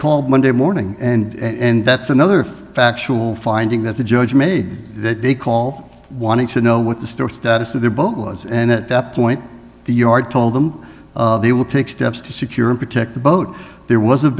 called monday morning and that's another factual finding that the judge made that they call for wanting to know what the star status of the boat was and at that point the yard told them they will take steps to secure and protect the boat there was